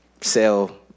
sell